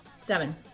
seven